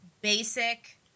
basic